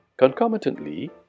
Concomitantly